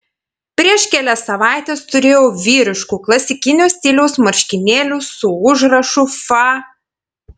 prieš kelias savaites turėjau vyriškų klasikinio stiliaus marškinėlių su užrašu fa